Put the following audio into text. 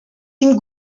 ihm